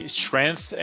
strength